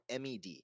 MED